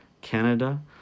Canada